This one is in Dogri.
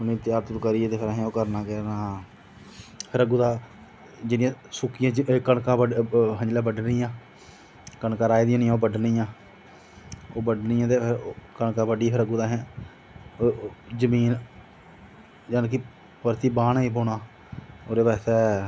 ते पनीरी त्यार करियै भी असें ओह् करना केह् करना जियां सुक्की दियां समझी लैओ कनकां बड्ढनियां कनकां राही दियां ओह् बड्ढनियां ते कनकां बड्ढियै फिर असें कुदै ओह् जमीन जाने कि परतियै बाह्ना लग्गी पौना होर ओह् वैसा ऐ